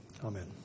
Amen